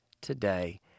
today